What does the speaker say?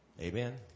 Amen